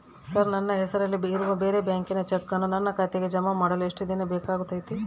Sir ನನ್ನ ಹೆಸರಲ್ಲಿ ಇರುವ ಬೇರೆ ಬ್ಯಾಂಕಿನ ಚೆಕ್ಕನ್ನು ನನ್ನ ಖಾತೆಗೆ ಜಮಾ ಮಾಡಲು ಎಷ್ಟು ದಿನ ಬೇಕಾಗುತೈತಿ?